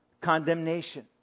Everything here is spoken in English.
condemnation